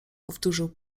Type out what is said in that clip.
powtórzył